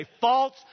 false